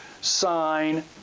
sign